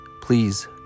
please